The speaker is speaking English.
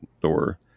Thor